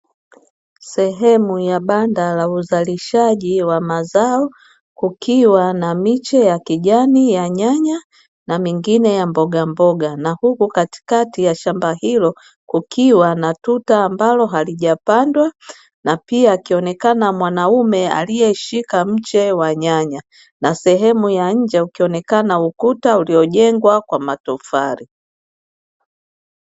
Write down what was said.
Sehemu ya banda la uzalishaji wa mazao kukiwa na miche ya kijani ya nyanya na mengine ya mboga mboga, na huku katikati ya shamba hilo kukiwa na tuta ambalo halijapandwa na pia akionekana mwanaume aliyeshika mche wa nyanya, na sehemu ya nje ukionekana ukuta uliojengwa kwa matofali.